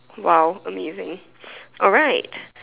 !wow! amazing alright